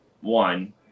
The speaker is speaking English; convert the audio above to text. one